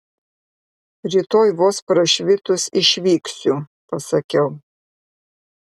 rytoj vos prašvitus išvyksiu pasakiau